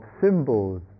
symbols